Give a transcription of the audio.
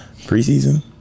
preseason